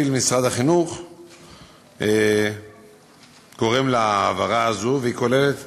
מפעיל משרד החינוך גורם להעברה הזאת, והיא כוללת